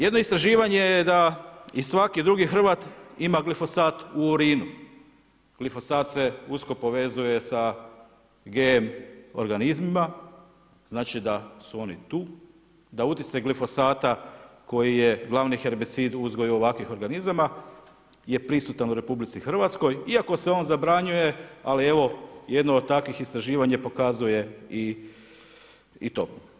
Jedno istraživanje je da i svaki drugi Hrvat ima glifosat u urinu, glifosat se usko povezuje sa GM organizmima, znači da su oni tu, da utjecaj glifosata koji je glavni herbicid u uzgoju ovakvih organizama je prisutan u RH, iako se on zabranjuje, ali evo jedno od takvih istraživanja pokazuje i to.